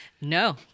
No